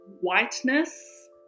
whiteness